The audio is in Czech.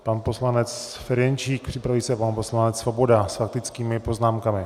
Pan poslanec Ferjenčík, připraví se pan poslanec Svoboda s faktickými poznámkami.